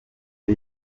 aho